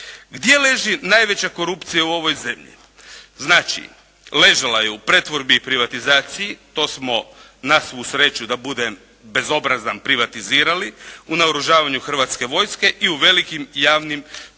Gdje leži najveća korupcija u ovoj zemlji? Znači ležala je u pretvorbi i privatizaciji. To smo na svu sreću da budem bezobrazan privatizirali. U naoružavanju Hrvatske vojske i u velikim javnim poduzećima.